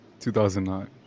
2009